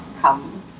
come